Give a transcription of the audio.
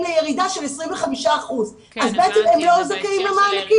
לירידה של 25%. אז בעצם הם לא זכאים למענקים.